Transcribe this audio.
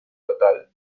total